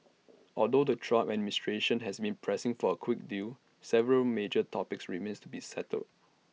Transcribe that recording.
although the Trump administration has been pressing for A quick deal several major topics remain to be settled